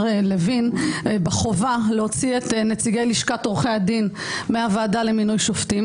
לוין בחובה להוציא את נציגי לשכת עורכי הדין מהוועדה למינוי שופטים.